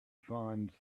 finds